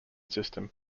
system